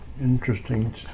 interesting